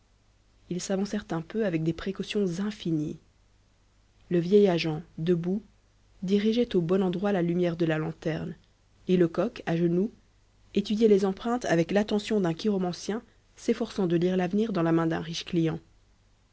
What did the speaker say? ils s'avancèrent un peu avec des précautions infinies le vieil agent debout dirigeait au bon endroit la lumière de la lanterne et lecoq à genoux étudiait les empreintes avec l'attention d'un chiromancien s'efforçant de lire l'avenir dans la main d'un riche client